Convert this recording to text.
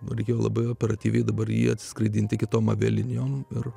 marija labai operatyviai dabar jį atskraidinti kitom avialinijom ir